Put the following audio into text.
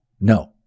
No